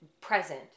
present